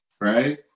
right